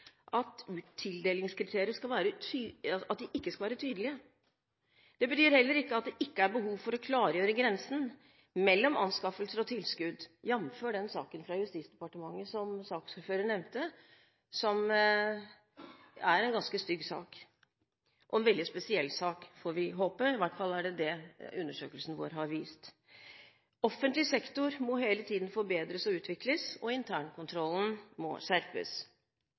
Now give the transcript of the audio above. at tildelingskriteriene ikke skal være tydelige. Det betyr heller ikke at det ikke er behov for å klargjøre grensen mellom anskaffelser og tilskudd, jf. den saken fra Justisdepartementet som saksordføreren nevnte, som er en ganske stygg sak – og en veldig spesiell sak, får vi håpe. I hvert fall er det det undersøkelsen vår har vist. Offentlig sektor må hele tiden forbedres og utvikles. Internkontrollen må skjerpes.